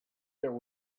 there